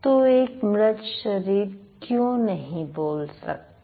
तो एक मृत शरीर क्यों नहीं बोल सकता